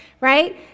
right